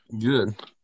Good